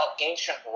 ancient